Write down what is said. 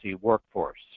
workforce